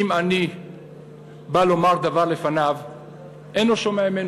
אם עני בא לומר דבר לפניו אינו שומע הימנו".